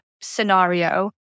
scenario